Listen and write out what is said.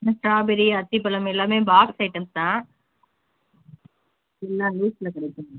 இன்னும் ஸ்ட்ராபெரி அத்திப்பழம் எல்லாமே பாக்ஸ் ஐட்டம்ஸ் தான் இதெல்லாம் லூஸில் கிடைக்காது மேம்